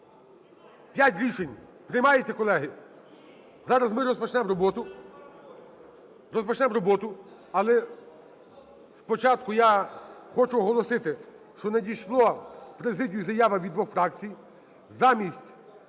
П'ять рішень. Приймається, колеги? Зараз ми розпочнемо роботу. Розпочнемо роботу, але спочатку я хочу оголосити, що надійшла в Президію заява від двох фракцій: